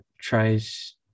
tries